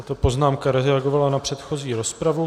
Tato poznámka reagovala na předchozí rozpravu.